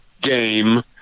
game